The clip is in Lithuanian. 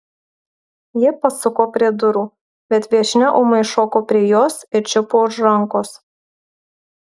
ji pasuko prie durų bet viešnia ūmai šoko prie jos ir čiupo už rankos